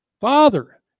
Father